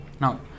Now